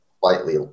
slightly